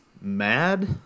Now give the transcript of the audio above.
mad